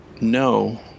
no